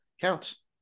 counts